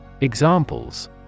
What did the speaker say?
Examples